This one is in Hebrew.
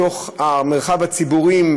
בתוך המרחב הציבורי,